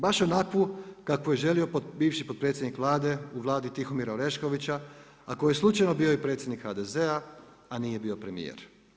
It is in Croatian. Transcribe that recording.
Baš onakvu kakvu je želio bivši potpredsjednik Vlade u Vladi Tihomira Oreškovića, a koji je slučajno bio i predsjednik HDZ-a a nije bio premjer.